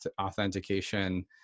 authentication